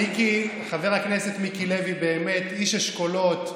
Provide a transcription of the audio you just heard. מיקי, חבר הכנסת מיקי לוי, באמת איש אשכולות,